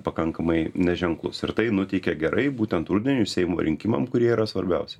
pakankamai neženklus ir tai nuteikia gerai būtent rudeniui seimo rinkimam kurie yra svarbiausi